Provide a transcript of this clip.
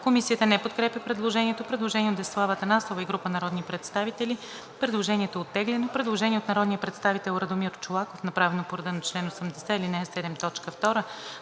Комисията не подкрепя предложението. Предложение от Десислава Атанасова и група народни представители. Предложението е оттеглено. Предложение на народния представител Радомир Чолаков, направено по реда на чл. 80, ал. 7, т.